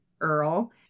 earl